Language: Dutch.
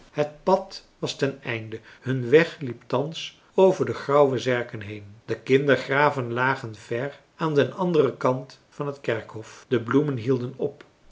het pad was ten einde hun weg liep thans over de grauwe zerken heen de kindergraven lagen ver aan den anderen kant van het kerkhof de bloemen hielden op